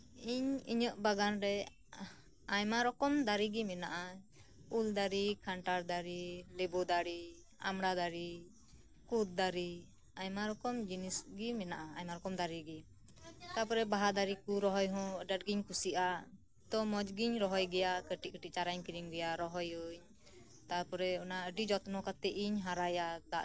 ᱤᱧ ᱤᱧᱟᱜ ᱵᱟᱜᱟᱱᱨᱮ ᱟᱭᱢᱟ ᱨᱚᱠᱚᱢ ᱫᱟᱨᱮᱹᱜᱮ ᱢᱮᱱᱟᱜᱼᱟ ᱩᱞᱫᱟᱨᱮᱹ ᱠᱷᱟᱱᱴᱟᱲ ᱫᱟᱨᱮᱹ ᱞᱮᱵᱩ ᱫᱟᱨᱮᱹ ᱟᱸᱵᱽᱲᱟ ᱫᱟᱨᱮ ᱠᱳᱛ ᱫᱟᱨᱮᱹ ᱟᱭᱢᱟ ᱨᱚᱠᱚᱢ ᱡᱤᱱᱤᱥᱜᱮ ᱢᱮᱱᱟᱜᱼᱟ ᱟᱭᱢᱟ ᱨᱚᱠᱚᱢ ᱫᱟᱨᱮᱹᱜᱮ ᱛᱟᱨᱯᱚᱨᱮ ᱵᱟᱦᱟ ᱫᱟᱨᱮᱠᱚ ᱨᱚᱦᱚᱭᱦᱚᱸ ᱟᱹᱰᱤ ᱟᱴᱜᱤᱧ ᱠᱩᱥᱤᱭᱟᱜᱼᱟ ᱛᱚ ᱢᱚᱡᱽᱜᱤᱧ ᱨᱚᱦᱚᱭ ᱜᱮᱭᱟ ᱠᱟᱹᱴᱤᱡ ᱠᱟᱹᱴᱤᱡ ᱪᱟᱨᱟᱧ ᱠᱤᱨᱤᱧ ᱟᱹᱜᱩᱭᱟ ᱨᱚᱦᱚᱭᱟᱹᱧ ᱛᱟᱯᱚᱨᱮ ᱚᱱᱟ ᱟᱹᱰᱤ ᱡᱚᱛᱱᱚ ᱠᱟᱛᱮᱫ ᱤᱧ ᱦᱟᱨᱟᱭᱟ